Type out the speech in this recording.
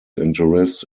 interests